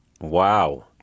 Wow